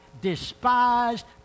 despised